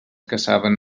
caçaven